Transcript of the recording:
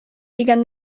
дигән